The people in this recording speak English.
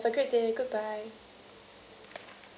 ya sure have a great day goodbye